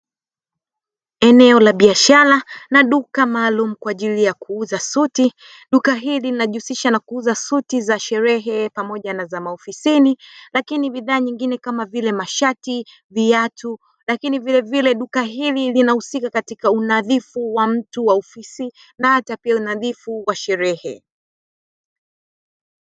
Eneo la biashara na duka maalumu kwa ajili ya kuuza suti, duka hili linajihusisha na kuuza suti za shere pamoja na za maofisini. Lakini bidhaa nyingine kama vile mashati, viatu. Lakini vilevile duka hili linahusika katika unadhifu wa mtu wa ofisi na hata pia unadhifu wa sherehe.